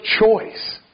choice